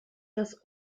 das